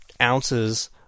ounces